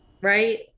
Right